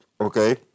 okay